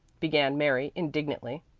began mary indignantly.